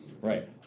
Right